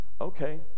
okay